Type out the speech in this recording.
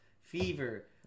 fever